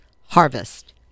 Harvest